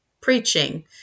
preaching